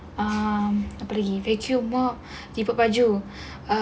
um apa lagi vacuum mop lipat baju uh